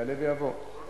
חבר